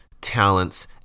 talents